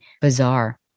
bizarre